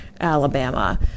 Alabama